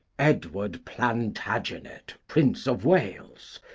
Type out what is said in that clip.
edward plantagenet, prince of wales,